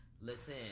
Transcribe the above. Listen